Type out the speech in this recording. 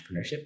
entrepreneurship